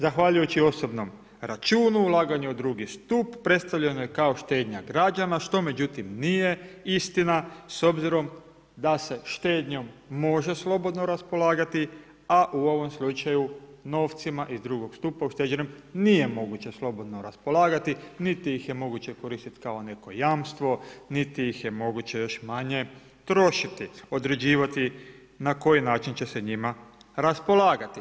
Zahvaljujući osobnom računu ulaganje u drugi stup predstavljeno je kao štednja građana, što međutim nije istina s obzirom da se štednjom može slobodno raspolagati, a u ovom slučaju novcima iz drugog stupa ušteđenom nije moguće slobodno raspolagati niti ih je moguće koristiti kao neko jamstvo, niti ih je moguće još manje trošiti određivati na koji način će se njima raspolagati.